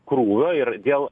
krūvio ir dėl